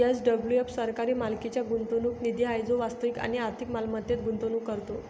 SWF सरकारी मालकीचा गुंतवणूक निधी आहे जो वास्तविक आणि आर्थिक मालमत्तेत गुंतवणूक करतो